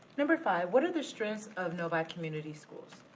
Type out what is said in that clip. number five. what are the strengths of novi community schools?